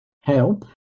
help